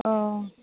औ